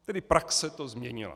Tedy praxe to změnila.